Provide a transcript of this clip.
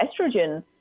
estrogen